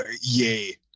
yay